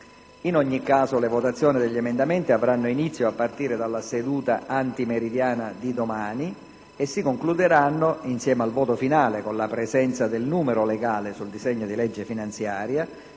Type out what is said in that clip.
In ogni caso le votazioni degli emendamenti avranno inizio a partire dalla seduta antimeridiana di domani e si concluderanno - insieme al voto finale con la presenza del numero legale sul disegno di legge finanziaria